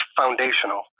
foundational